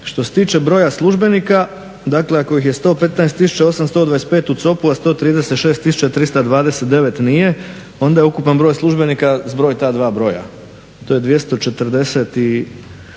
Što se tiče broja službenika, dakle ako ih je 115 825 u COP-u, a 136 329 nije, onda je ukupan broj službenika zbroj ta dva broja. To je 249